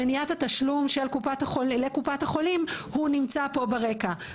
מניעת התשלום לקופת החולים הוא נמצא פה ברגע.